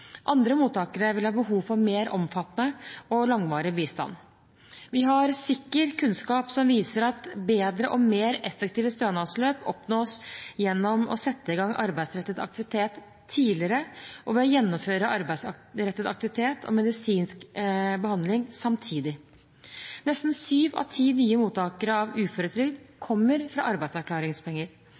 Andre mottakere vil ha behov for mer omfattende og langvarig bistand. Vi har sikker kunnskap som viser at bedre og mer effektive stønadsløp oppnås gjennom å sette i gang arbeidsrettet aktivitet tidligere, og ved å gjennomføre arbeidsrettet aktivitet og medisinsk behandling samtidig. Nesten syv av ti nye mottakere av uføretrygd kommer fra